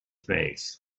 face